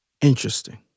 Interesting